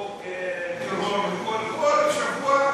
חוק טרור, כל שבוע?